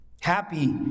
Happy